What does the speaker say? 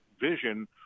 vision